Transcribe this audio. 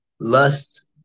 Lust